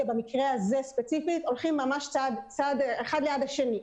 במקרה הזה ספציפית הולכים אחד ליד השני,